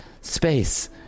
space